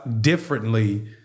differently